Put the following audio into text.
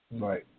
Right